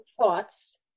thoughts